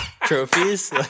trophies